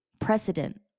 precedent